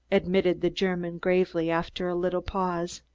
admitted the german gravely, after a little pause.